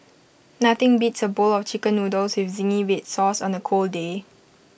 nothing beats A bowl of Chicken Noodles with Zingy Red Sauce on A cold day